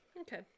Okay